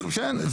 כן.